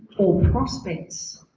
or prospects